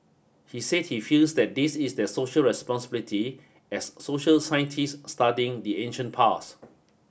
he said he feels that this is their social responsibility as social scientists studying the ancient past